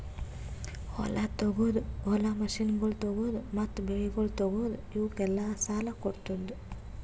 ಹೊಲ ತೊಗೋದು, ಹೊಲದ ಮಷೀನಗೊಳ್ ತೊಗೋದು, ಮತ್ತ ಬೆಳಿಗೊಳ್ ತೊಗೋದು, ಇವುಕ್ ಎಲ್ಲಾ ಸಾಲ ಕೊಡ್ತುದ್